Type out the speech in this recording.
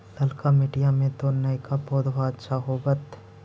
ललका मिटीया मे तो नयका पौधबा अच्छा होबत?